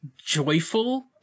joyful